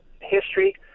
history